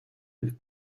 with